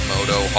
Moto